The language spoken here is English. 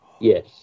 Yes